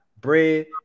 bread